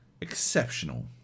exceptional